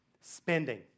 Spending